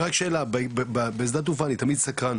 רק שאלה, בשדה תעופה, אני תמיד סקרן,